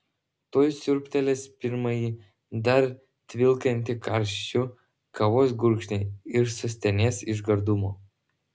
tuoj siurbtelės pirmąjį dar tvilkantį karščiu kavos gurkšnį ir sustenės iš gardumo